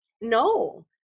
no